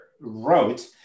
wrote